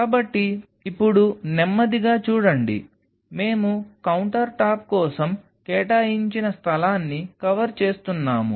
కాబట్టి ఇప్పుడు నెమ్మదిగా చూడండి మేము కౌంటర్టాప్ కోసం కేటాయించిన స్థలాన్ని కవర్ చేస్తున్నాము